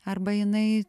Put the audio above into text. arba jinai